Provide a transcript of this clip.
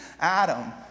Adam